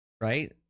right